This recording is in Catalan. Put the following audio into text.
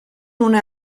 una